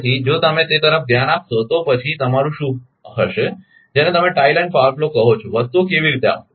તેથી જો તમે તે તરફ ધ્યાન આપશો તો પછી તમારું શું હશે જેને તમે ટાઇ લાઇન પાવર ફ્લો કહો છો વસ્તુઓ કેવી રીતે આવશે